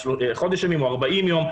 חודש ימים או 40 יום.